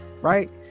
Right